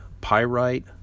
pyrite